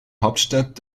hauptstadt